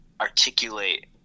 articulate